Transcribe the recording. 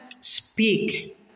speak